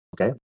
Okay